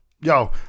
Yo